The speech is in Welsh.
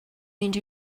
mynd